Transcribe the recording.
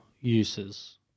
uses